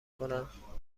کنم